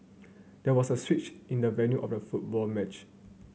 there was a switch in the venue of the football match